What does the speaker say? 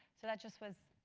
so that just was